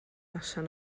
noson